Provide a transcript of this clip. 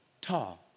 tall